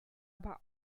aber